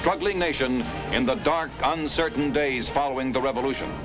struggling nation in the dark on certain days following the revolution